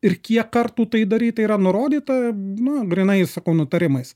ir kiek kartų tai daryt tai yra nurodyta nu grynai sakau nutarimais